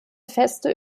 feste